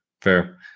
fair